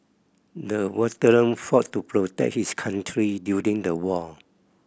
the veteran fought to protect his country during the war